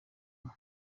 umwe